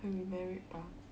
when we married bah